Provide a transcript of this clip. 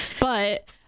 but-